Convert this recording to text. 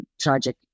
tragic